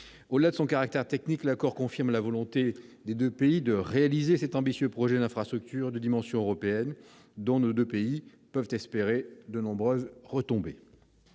Au-delà de son caractère technique, l'accord confirme la volonté des deux pays de réaliser cet ambitieux projet d'infrastructure de dimension européenne dont ils peuvent espérer de nombreuses retombées.